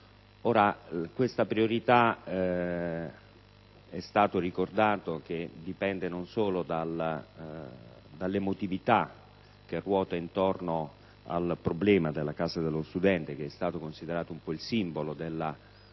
Questa priorità, è stato ricordato, dipende non solo dall'emotività che ruota intorno al problema della Casa dello studente - che è stata considerata un po' il simbolo della